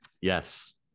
Yes